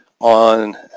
on